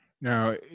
now